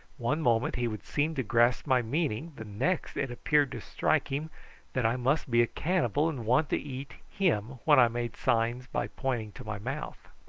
one moment he would seem to grasp my meaning, the next it appeared to strike him that i must be a cannibal and want to eat him when i made signs by pointing to my mouth.